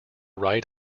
right